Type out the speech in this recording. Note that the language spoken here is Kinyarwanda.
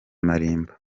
malimba